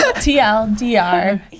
T-L-D-R